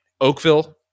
Oakville